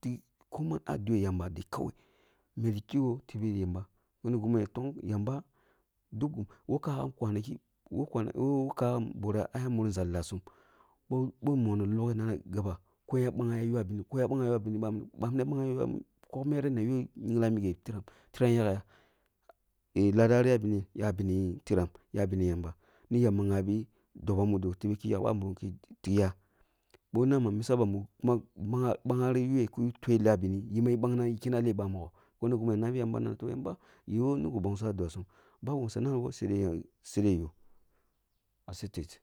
tik ko man ah dwe yamba de kawai meti kigho ah dwe yamba kini gimi ya tong yamba dul woh kagham konaki woh konaki woh kagham woh borah ah ya muri nzali lasum boh boh monoh loghe nama gama kayen ya bangmerah ya ywa benesun na ah yu ah ngimgla ah mighe tiram na tiram yakya eh lalari ya beh yen? Ya beh tiram, ya bene yamba, ni yamba gyabi dobo mudo tebe ki yak babirim ki tikya boh nama musa ba numa bag- baghari yoh ki tweh lah bene yima yiri bagna yi kenne ah leh bamogho koni gini ya nabi yamba na toh yamba, yoh migi nbongsoh ah dwasum ba gini su nabo sede yaya yoh sede yoh. Accepted.